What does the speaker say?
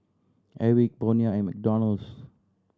Airwick Bonia and McDonald's